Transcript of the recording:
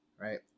right